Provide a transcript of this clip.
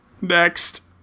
Next